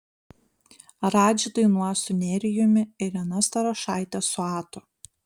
radži dainuos su nerijumi irena starošaitė su atu